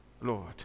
Lord